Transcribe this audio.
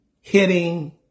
hitting